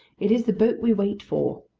it is the boat we wait for!